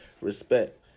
respect